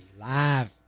live